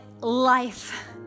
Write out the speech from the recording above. life